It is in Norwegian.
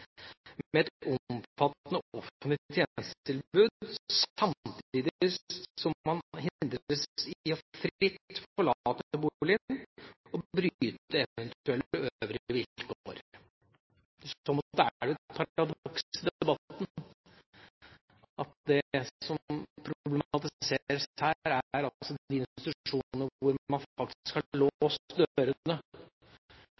med et omfattende offentlig tjenestetilbud, samtidig som han hindres i fritt å forlate boligen og bryte eventuelle øvrige vilkår. I så måte er det et paradoks i debatten at det som problematiseres her, er de institusjonene hvor man faktisk har låst dørene, mens man senere i progresjonen kommer til hus hvor man